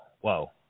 whoa